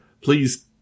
please